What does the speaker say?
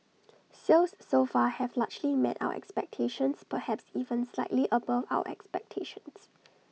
sales so far have largely met our expectations perhaps even slightly above our expectations